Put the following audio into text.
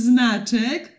Znaczek